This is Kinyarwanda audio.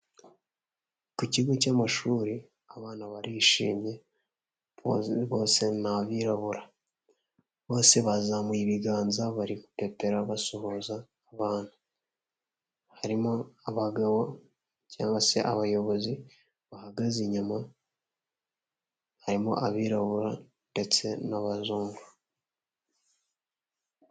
Ku kigo cy'amashuri, abana barishimye, bose ni abirabura, bose bazamuye ibiganza bari gupepera basuhuza abantu, harimo abagabo cyangwa se abayobozi bahagaze inyuma, harimo abirabura ndetse n'abazungu.